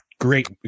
great